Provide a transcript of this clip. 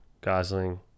Gosling